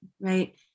Right